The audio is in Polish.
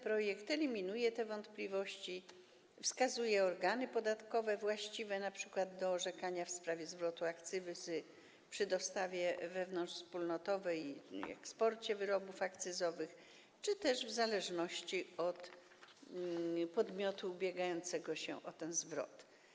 Projekt eliminuje te wątpliwości i wskazuje organy podatkowe właściwe np. do orzekania w sprawie zwrotu akcyzy przy dostawie wewnątrzwspólnotowej i eksporcie wyrobów akcyzowych czy też w zależności od podmiotu ubiegającego się o ten zwrot.